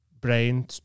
brain